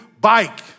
bike